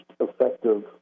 effective